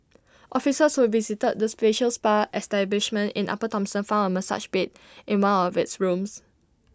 officers who visited this facial spa establishment in upper Thomson farm A massage bed in one of its rooms